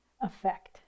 effect